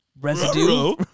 Residue